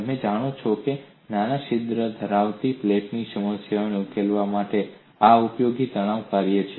તમે જાણો છો કે નાની છિદ્ર ધરાવતી પ્લેટની સમસ્યાને ઉકેલવા માટે આ ઉપયોગી તણાવ કાર્ય છે